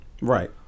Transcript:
right